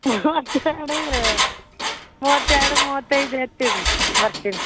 ಮೂವತ್ತೆರಡು ಮೂವತ್ತೆರಡು ಮೂವತ್ತೈದು ಎತ್ತಿಡಿರಿ ಬರ್ತೀನಿ